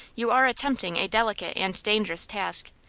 you are attempting a delicate and dangerous task,